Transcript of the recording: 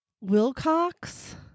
Wilcox